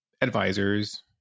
advisors